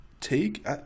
take –